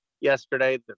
yesterday